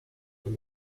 when